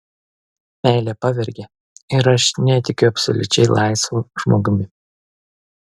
meilė pavergia ir aš netikiu absoliučiai laisvu žmogumi